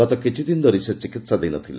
ଗତ କିଛିଦିନ ଧରି ସେ ଚିକିତ୍ସାଧୀନ ଥିଲେ